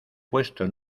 puesto